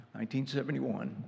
1971